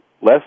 less